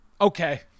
Okay